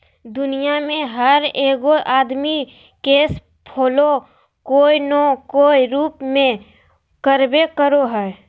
दुनिया में हर एगो आदमी कैश फ्लो कोय न कोय रूप में करबे करो हइ